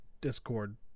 Discord